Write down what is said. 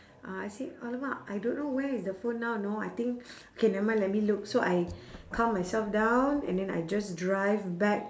uh I said !alamak! I don't know where is the phone now know I think K never mind let me look so I calm myself down and then I just drive back